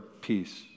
peace